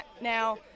Now